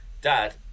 dad